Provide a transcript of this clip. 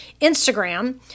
Instagram